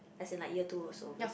as in like year two or so when